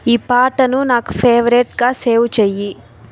ఈ పాటను నాకు ఫేవరిట్గా సేవ్ చెయ్యి